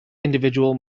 individual